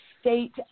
state